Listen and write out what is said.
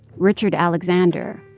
richard alexander,